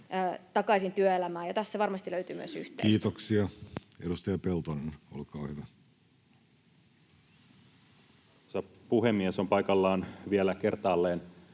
takaisin työelämään. Tässä varmasti löytyy myös yhteistä. Kiitoksia. — Edustaja Peltonen, olkaa hyvä. Arvoisa puhemies! On paikallaan vielä kertaalleen